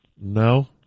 No